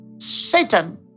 Satan